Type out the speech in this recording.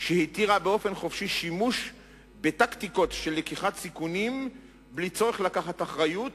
שהתירה שימוש חופשי בטקטיקות של לקיחת סיכונים בלי צורך לקחת אחריות